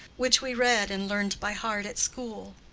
which we read and learned by heart at school.